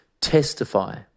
testify